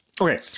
Okay